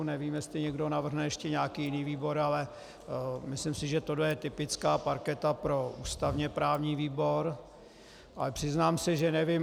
Nevím, jestli někdo navrhne ještě nějaký jiný výbor, ale myslím si, že tohle je typická parketa pro ústavněprávní výbor, ale přiznám se, že nevím.